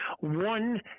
One